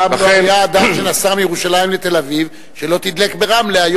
פעם לא היה אדם שנסע מירושלים לתל-אביב ולא תדלק ברמלה.